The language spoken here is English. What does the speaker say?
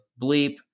Bleep